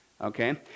okay